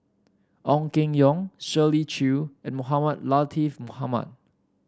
Ong Keng Yong Shirley Chew and Mohamed Latiff Mohamed